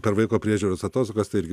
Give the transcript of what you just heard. per vaiko priežiūros atostogas tai irgi